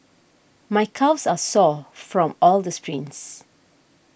my calves are sore from all the sprints